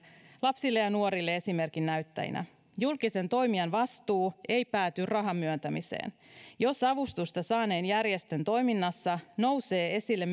lapsille ja nuorille esimerkin näyttäjinä julkisen toimijan vastuu ei pääty rahan myöntämiseen jos avustusta saaneen järjestön toiminnassa nousee esille